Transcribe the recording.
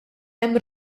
hemm